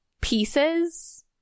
pieces